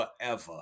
forever